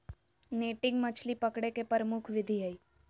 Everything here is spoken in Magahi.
नेटिंग मछली पकडे के प्रमुख विधि हइ